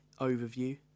overview